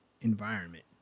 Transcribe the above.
environment